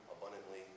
abundantly